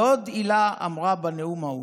ועוד הילה אמרה בנאום ההוא: